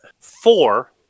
four